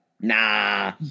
Nah